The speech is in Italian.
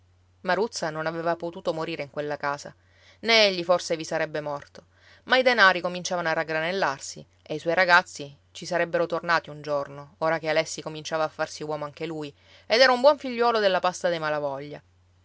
maruzza non aveva potuto morire in quella casa né egli forse vi sarebbe morto ma i denari ricominciavano a raggranellarsi e i suoi ragazzi ci sarebbero tornati un giorno ora che alessi cominciava a farsi uomo anche lui ed era un buon figliuolo della pasta dei malavoglia